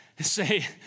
say